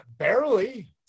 Barely